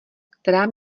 která